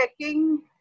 checking